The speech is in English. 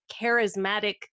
charismatic